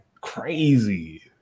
Crazy